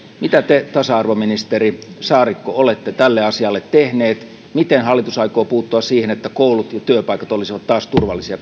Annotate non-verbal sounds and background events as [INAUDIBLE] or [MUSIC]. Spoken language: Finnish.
mitä te tasa arvoministeri saarikko olette tälle asialle tehnyt miten hallitus aikoo puuttua siihen että koulut ja työpaikat olisivat taas turvallisia [UNINTELLIGIBLE]